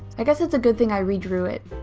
i guess it's a good thing i redrew it.